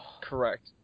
Correct